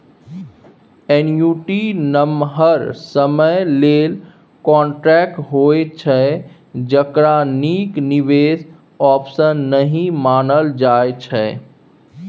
annuity नमहर समय लेल कांट्रेक्ट होइ छै जकरा नीक निबेश आप्शन नहि मानल जाइ छै